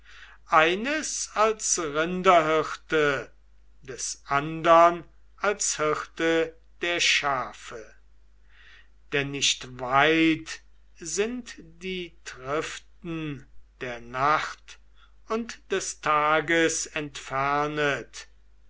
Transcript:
eines als rinderhirte des andern als hirte der schafe denn nicht weit sind die triften der nacht und des tages entfernet